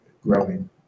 growing